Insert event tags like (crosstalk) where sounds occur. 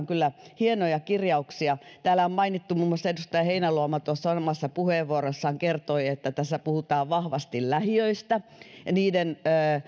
(unintelligible) kyllä hienoja kirjauksia täällä on mainittu muun muassa edustaja heinäluoma tuossa omassa puheenvuorossaan kertoi että tässä puhutaan vahvasti lähiöistä niiden